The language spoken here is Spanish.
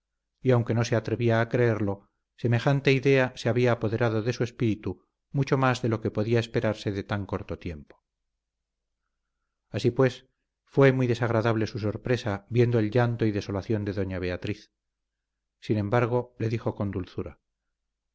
y aunque no se atrevía a creerlo semejante idea se había apoderado de su espíritu mucho más de lo que podía esperarse de tan corto tiempo así pues fue muy desagradable su sorpresa viendo el llanto y desolación de doña beatriz sin embargo le dijo con dulzura